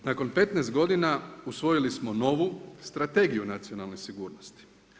Nakon 15 godina usvojili smo novu Strategiju nacionalne sigurnosti.